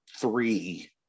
three